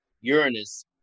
Uranus